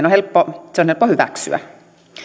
on helppo hyväksyä